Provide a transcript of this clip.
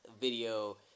video